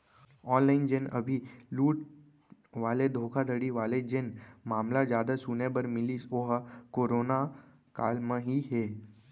online जेन अभी लूट वाले धोखाघड़ी वाले जेन मामला जादा सुने बर मिलिस ओहा करोना काल म ही हे